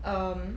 um